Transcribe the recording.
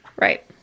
Right